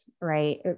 right